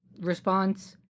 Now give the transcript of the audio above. response